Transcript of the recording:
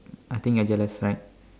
I think you're jealous right